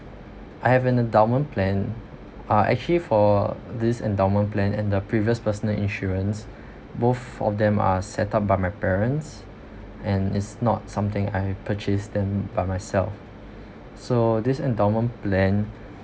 I have an endowment plan uh actually for this endowment plan and the previous personal insurance both of them are set up by my parents and is not something I purchased them by myself so this endowment plan